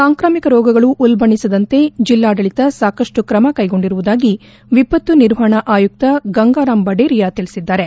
ಸಾಂಕ್ರಾಮಿಕ ರೋಗಗಳು ಉಲ್ಬಣಿಸದಂತೆ ಜಿಲ್ಲಾಡಳಿತ ಸಾಕಷ್ಟು ಕ್ರಮ ಕೈಗೊಂಡಿರುವುದಾಗಿ ವಿಪತ್ತು ನಿರ್ವಹಣಾ ಆಯುಕ್ತ ಗಂಗರಾಮ್ ಬಡೇರಿಯಾ ತಿಳಿಸಿದ್ದಾರೆ